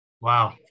Wow